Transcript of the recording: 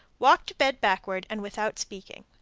walk to bed backward and without speaking.